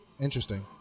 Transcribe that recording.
Interesting